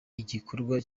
igikorwa